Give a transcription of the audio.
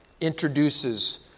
introduces